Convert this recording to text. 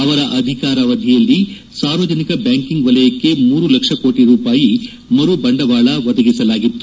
ಅವರ ಅಧಿಕಾರಾವಧಿಯಲ್ಲಿ ಸಾರ್ವಜನಿಕ ಬ್ಯಾಂಕಿಂಗ್ ವಲಯಕ್ಕೆ ಮೂರು ಲಕ್ಷ ಕೋಟಿ ರೂಪಾಯಿ ಮರು ಬಂಡವಾಳ ಒದಗಿಸಲಾಗಿತ್ತು